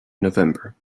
november